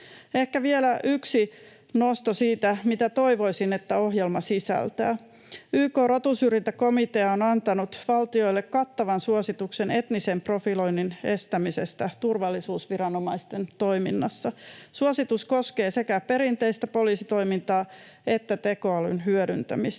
Ehkä vielä yksi nosto siitä, mitä toivoisin, että ohjelma sisältää. YK:n rotusyrjintäkomitea on antanut valtioille kattavan suosituksen etnisen profiloinnin estämisestä turvallisuusviranomaisten toiminnassa. Suositus koskee sekä perinteistä poliisitoimintaa että tekoälyn hyödyntämistä.